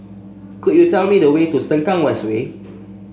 could you tell me the way to Sengkang West Way